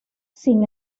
sin